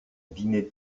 dînait